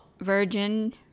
virgin